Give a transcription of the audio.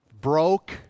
broke